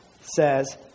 says